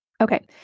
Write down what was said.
Okay